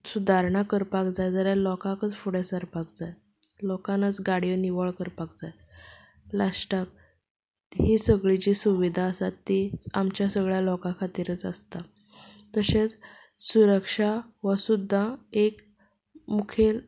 सुदारणां करपाक जाय जाल्यार लोकांकूच फुडें सरपाक जाय लोकान आयज गाडयो निवळ करपाक जाय लास्टाक ही सगळी जी सुविधा आसता ती आमच्या सगळ्या लोकां खातीरूच आसता तशेंच सुरक्षा हो सुद्दां एक मुखेल